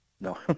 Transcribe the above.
No